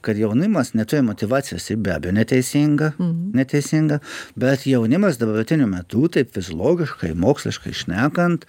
kad jaunimas neturi motyvacijos ir be abejo neteisinga neteisinga bet jaunimas dabartiniu metu taip fiziologiškai moksliškai šnekant